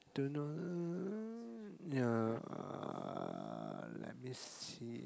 do no~ ya uh let me see